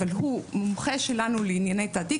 אבל הוא מומחה שלנו לענייני תעתיק,